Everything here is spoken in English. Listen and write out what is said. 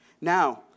Now